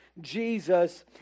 Jesus